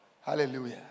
Hallelujah